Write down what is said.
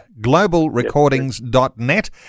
globalrecordings.net